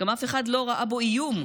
אף אחד גם לא ראה בו איום,